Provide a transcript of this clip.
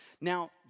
Now